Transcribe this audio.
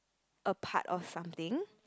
a part of something